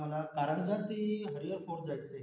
मला कारंजा ते हरिहर फोर्ट जायचं आहे